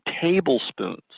tablespoons